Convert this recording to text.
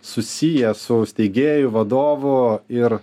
susiję su steigėju vadovu ir